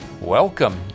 Welcome